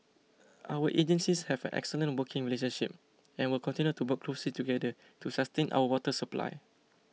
our agencies have an excellent working relationship and will continue to work closely together to sustain our water supply